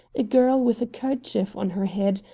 a girl with a kerchief on her head,